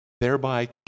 thereby